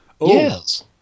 Yes